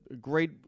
great